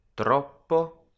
Troppo